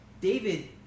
David